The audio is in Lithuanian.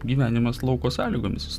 gyvenimas lauko sąlygomis